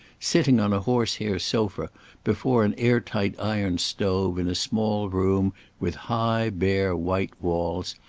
sitting on a horse-hair sofa before an air-tight iron stove in a small room with high bare white walls,